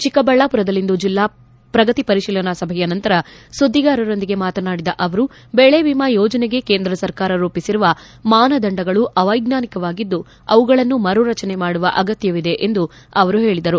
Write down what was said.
ಚಿಕ್ಕಬಳ್ಳಾಪುರದಲ್ಲಿಂದು ಜಿಲ್ಲಾ ಪ್ರಗತಿ ಪರಿಶೀಲನಾ ಸಭೆಯ ನಂತರ ಸುದ್ದಿಗಾರರೊಂದಿಗೆ ಮಾತನಾಡಿದ ಅವರು ಬೆಳೆ ವಿಮಾ ಯೋಜನೆಗೆ ಕೇಂದ್ರ ಸರ್ಕಾರ ರೂಪಿಸಿರುವ ಮಾನದಂಡಗಳು ಅವೈಜ್ಞಾನಿಕವಾಗಿದ್ದು ಅವುಗಳನ್ನು ಮರು ರಚನೆ ಮಾಡುವ ಅಗತ್ಯವಿದೆ ಎಂದು ಅವರು ಹೇಳಿದರು